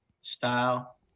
style